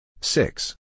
Six